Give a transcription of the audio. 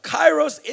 Kairos